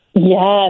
Yes